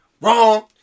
Wrong